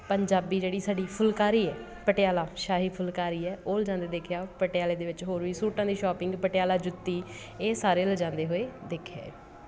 ਪੰਜਾਬੀ ਜਿਹੜੀ ਸਾਡੀ ਫੁਲਕਾਰੀ ਹੈ ਪਟਿਆਲਾ ਸ਼ਾਹੀ ਫੁਲਕਾਰੀ ਹੈ ਉਹ ਲਜਾਉਂਦੇ ਦੇਖਿਆ ਪਟਿਆਲੇ ਦੇ ਵਿੱਚ ਹੋਰ ਵੀ ਸੂਟਾਂ ਦੀ ਸ਼ੌਂਪਿੰਗ ਪਟਿਆਲਾ ਜੁੱਤੀ ਇਹ ਸਾਰੇ ਲਜਾਉਂਦੇ ਹੋਏ ਦੇਖਿਆ ਹੈ